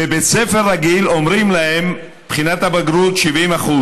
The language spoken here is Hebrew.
בבית ספר רגיל אומרים להם בחינת הבגרות היא 70%,